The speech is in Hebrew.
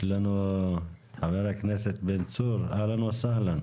חבר הכנסת בן צור, אהלן וסהלן.